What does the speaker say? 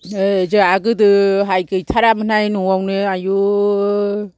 नै जोंहा गोदोहाय गैथारामोन हाय न'आवनो आयु